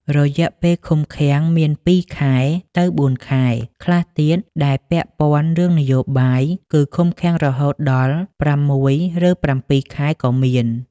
រយៈពេលឃុំឃាំងមាន ២ខែទៅ៤ខែ ខ្លះទៀតដែលពាក់ព័ន្ធរឿងនយោបាយគឺឃុំឃាំងរហូតដល់៦ ឬ ៧ខែក៏មាន។